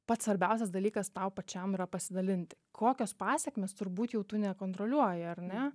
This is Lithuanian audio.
pats svarbiausias dalykas tau pačiam yra pasidalinti kokios pasekmės turbūt jau tu nekontroliuoji ar ne